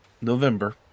November